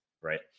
Right